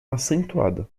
acentuada